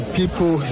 people